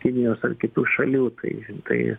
kinijos ar kitų šalių tai tai